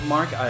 Mark